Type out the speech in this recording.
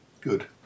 Good